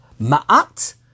Ma'at